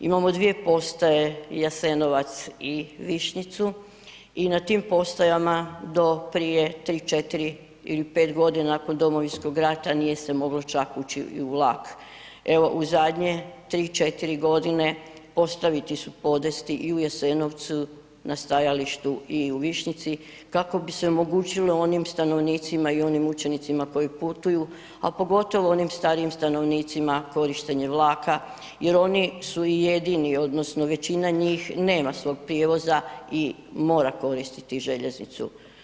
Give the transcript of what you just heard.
Imamo dvije postaje Jasenovac i Višnjicu i na tim postajama do prije 3-4 ili 5.g. nakon domovinskog rata nije se moglo čak ući i u vlak, evo u zadnje 3-4.g. postaviti su podesti i u Jasenovcu na stajalištu i u Višnjici kako bi se omogućilo onim stanovnicima i onim učenicima koji putuju, a pogotovo onim starijim stanovnicima korištenje vlaka jer oni su i jedini odnosno većina njih nema svog prijevoza i mora koristiti željeznicu.